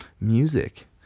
music